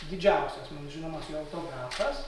didžiausias mum žinomas jo autografas